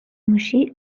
موشی